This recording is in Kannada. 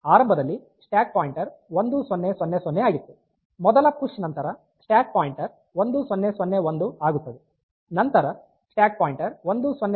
ಆರಂಭದಲ್ಲಿ ಸ್ಟ್ಯಾಕ್ ಪಾಯಿಂಟರ್ 1000 ಆಗಿತ್ತು ಮೊದಲ ಪುಶ್ ನಂತರ ಸ್ಟ್ಯಾಕ್ ಪಾಯಿಂಟರ್ 1001 ಆಗುತ್ತದೆ ಅದರ ನಂತರ ಸ್ಟ್ಯಾಕ್ ಪಾಯಿಂಟರ್ 1000 ಆಗುತ್ತದೆ